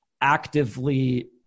actively